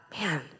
Man